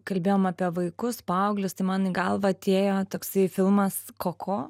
kalbėjom apie vaikus paauglius tai man į galvą atėjo toksai filmas koko